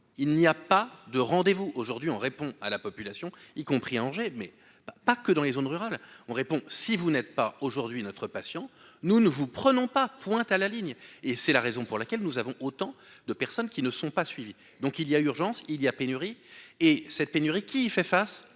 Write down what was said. il n'y a pas de rendez-vous aujourd'hui on répond à la population, y compris à Angers mais pas que dans les zones rurales, on répond si vous n'êtes pas aujourd'hui notre passion, nous ne vous prenons pas, point à la ligne, et c'est la raison pour laquelle nous avons autant de personnes qui ne sont pas suivies, donc il y a urgence il y a pénurie et cette pénurie qui fait face,